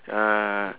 uh